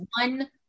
one